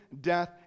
death